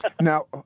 Now